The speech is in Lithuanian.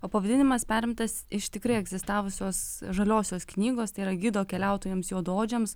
o pavadinimas perimtas iš tikrai egzistavusios žaliosios knygos tai yra gido keliautojams juodaodžiams